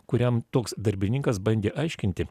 kuriam toks darbininkas bandė aiškinti